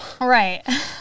Right